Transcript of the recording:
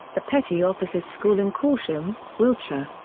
the petty officers' school in corsham, wiltshire.